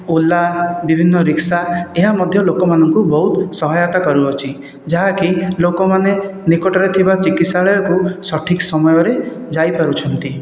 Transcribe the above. ଓଲା ବିଭିନ୍ନ ରିକ୍ସା ଏହା ମଧ୍ୟ ଲୋକମାନଙ୍କୁ ବହୁତ ସହାୟତା କରୁଅଛି ଯାହାକି ଲୋକମାନେ ନିକଟରେ ଥିବା ଚିକିତ୍ସାଳୟକୁ ସଠିକ ସମୟରେ ଯାଇ ପାରୁଛନ୍ତି